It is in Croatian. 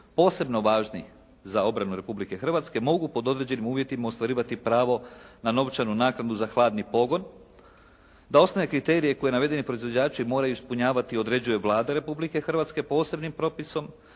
posebno važni za obranu Republike Hrvatske mogu pod određenim uvjetima ostvarivati pravo na novčanu naknadu za hladni pogon, da osnovne kriterije koje navedeni proizvođači moraju ispunjavati određuje Vlada Republike Hrvatske posebnim propisom,